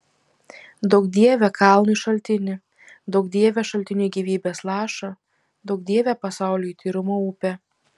duok dieve kalnui šaltinį duok dieve šaltiniui gyvybės lašą duok dieve pasauliui tyrumo upę